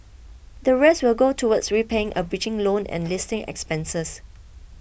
the rest will go towards repaying a bridging loan and listing expenses